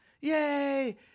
yay